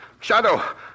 Shadow